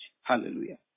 Hallelujah